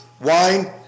wine